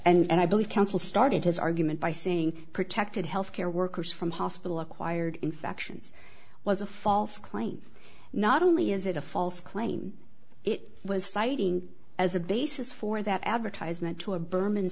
so and i believe counsel started his argument by saying protected health care workers from hospital acquired infections was a false claim not only is it a false claim it was citing as a basis for that advertisement to a burman